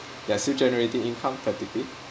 they're still generating income practically